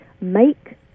make